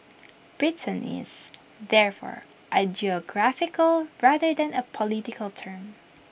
Britain is therefore A geographical rather than A political term